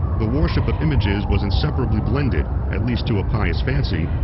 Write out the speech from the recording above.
the worship of images was inseparably blended, at least to a pious fancy,